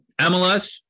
MLS